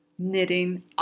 Knitting